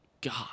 God